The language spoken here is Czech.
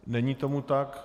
Není tomu tak.